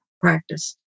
practice